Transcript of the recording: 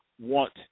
want